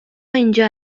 اینجا